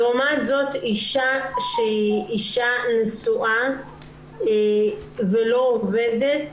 לעומת זאת אישה נשואה ולא עובדת,